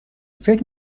فکر